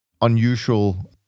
unusual